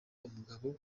umugabo